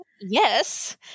yes